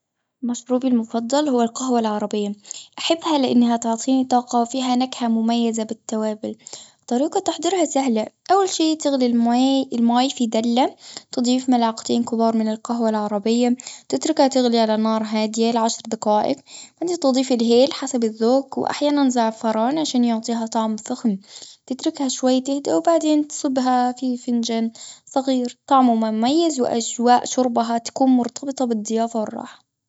مشروبي المفضل هو القهوة العربية. أحبها لأنها تعطيني طاقة، وفيها نكهة مميزة بالتوابل. طريقة تحضيرها سهلة. أول شي تغلي المي- المي في دلة، تضيف ملعقتين كبار من القهوة العربية، تتركها تغلي على نار هادية لعشر دقائق. أنت تضيفي الهيل حسب الذوق، وأحيانا زعفران، عشان يعطيها طعم فخم. تتركها شوية تهدا، وبعدين تصبها في فنجان صغير طعمه ما مميز. وأجواء شربها تكون مرتبطة بالضيافة والراحة.